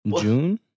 June